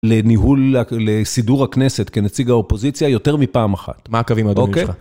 לניהול, לסידור הכנסת כנציג האופוזיציה יותר מפעם אחת. אוקי? מה הקווים, האדומים שלך?